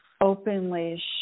openly